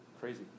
crazy